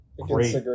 great